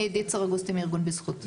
אני מארגון "בזכות".